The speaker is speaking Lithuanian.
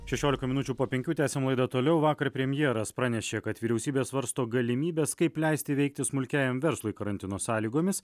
šešiolika minučių po penkių tęsiam laidą toliau vakar premjeras pranešė kad vyriausybė svarsto galimybes kaip leisti veikti smulkiajam verslui karantino sąlygomis